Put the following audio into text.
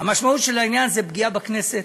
המשמעות של העניין זה פגיעה בכנסת,